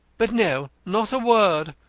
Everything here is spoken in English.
but no, not a word.